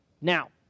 Now